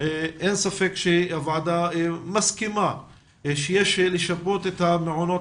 אין ספק שהוועדה מסכימה שיש לשפות את המעונות